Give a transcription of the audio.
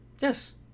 Yes